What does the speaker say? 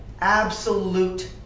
absolute